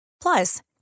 Plus